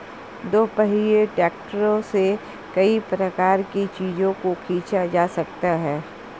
दोपहिया ट्रैक्टरों से कई प्रकार के चीजों को खींचा जा सकता है